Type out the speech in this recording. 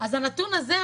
אז הנתון הזה,